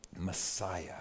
Messiah